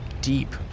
deep